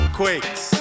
quakes